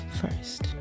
first